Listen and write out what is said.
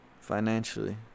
financially